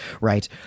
right